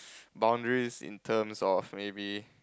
boundaries in terms of maybe